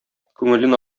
күңелен